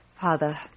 Father